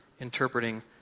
interpreting